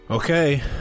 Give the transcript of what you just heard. Okay